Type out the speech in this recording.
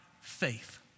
faith